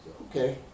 Okay